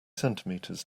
centimeters